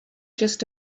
just